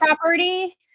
property